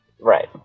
right